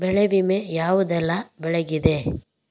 ಬೆಳೆ ವಿಮೆ ಯಾವುದೆಲ್ಲ ಬೆಳೆಗಿದೆ?